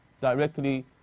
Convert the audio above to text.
directly